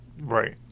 Right